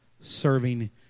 Serving